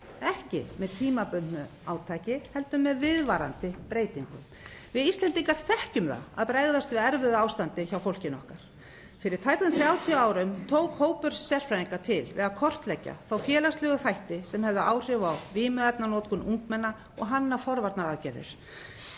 Ekki með tímabundnu átaki heldur viðvarandi breytingum. Við Íslendingar þekkjum það að bregðast við erfiðu ástandi hjá unga fólkinu okkar. Fyrir tæpum 30 árum tók hópur sérfræðinga til við að kortleggja þá félagslegu þætti sem hefðu áhrif á vímuefnanotkun ungmenna og hanna forvarnaaðgerðir.